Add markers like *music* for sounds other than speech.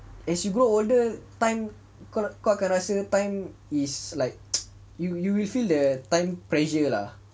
as you grow older time ka~ kau akan rasa time is like *noise* you you will feel the time pressure lah